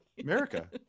America